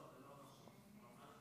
אנחנו בעד.